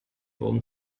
wurm